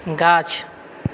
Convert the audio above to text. गाछ